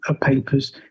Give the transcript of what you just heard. papers